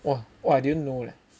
!wah! why I didn't know leh